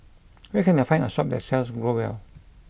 where can I find a shop that sells Growell